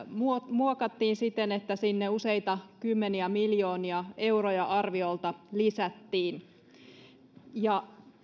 muokattiin siten että sinne arviolta useita kymmeniä miljoonia euroja lisättiin